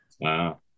Wow